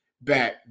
back